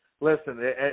listen